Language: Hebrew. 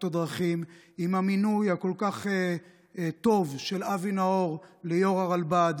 הדרכים עם המינוי הכל-כך טוב של אבי נאור ליושב-ראש הרלב"ד.